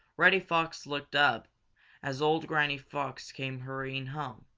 reddy fox looked up as old granny fox came hurrying home.